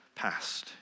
past